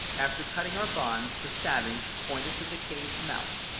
after cutting our bonds the savage pointed to the cave's mouth,